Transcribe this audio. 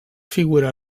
figura